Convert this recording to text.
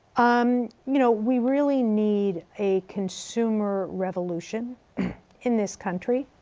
um you know we really need a consumer revolution in this country.